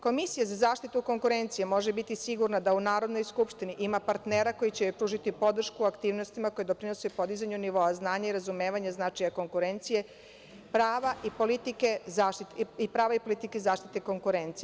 Komisija za zaštitu konkurencije može biti sigurna da u Narodnoj skupštini ima partnera koji će joj pružiti podršku u aktivnostima koje doprinose podizanju nivoa znanja i razumevanja značaja konkurencije, prava i politike zaštite konkurencije.